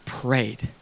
prayed